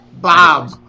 Bob